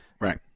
Right